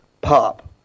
pop